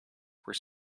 were